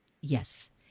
Yes